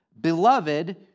Beloved